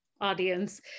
audience